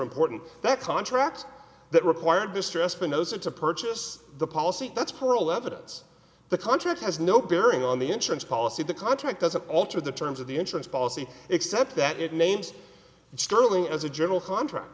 important that contracts that require distressed when those are to purchase the policy that's perl evidence the contract has no bearing on the insurance policy the contract doesn't alter the terms of the insurance policy except that it names sterling as a general contractor